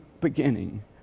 beginning